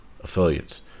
affiliates